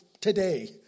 today